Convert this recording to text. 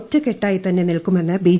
ഒറ്റക്കെട്ടായിതന്നെ നിൽക്കുമെന്ന് ബി